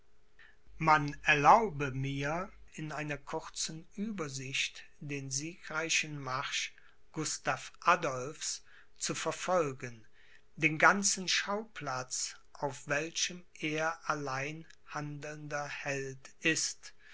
man erlaube mir in einer kurzen uebersicht den siegreichen marsch gustav adolphs zu verfolgen den ganzen schauplatz auf welchem er allein handelnder held ist